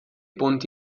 ponti